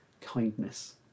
kindness